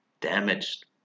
damaged